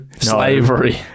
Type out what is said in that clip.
Slavery